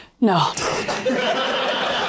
No